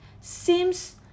seems